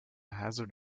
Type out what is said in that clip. hazard